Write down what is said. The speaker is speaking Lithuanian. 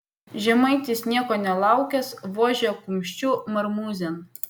žemaitis nieko nelaukęs vožia kumščiu marmūzėn